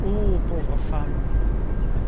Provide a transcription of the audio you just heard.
oh pauvre femme